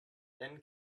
then